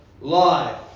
life